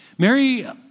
Mary